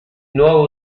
nuovo